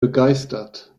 begeistert